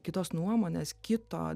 kitos nuomonės kito